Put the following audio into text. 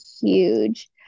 huge